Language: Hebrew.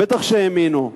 בטח שהאמינו.